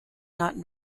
not